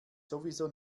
sowieso